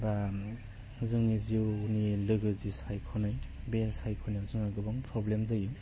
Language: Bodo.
बा जोंनि जिउनि लोगो जि सायख'नाय बे सायख'नायाव जोंहा गोबां प्रब्लेम जायो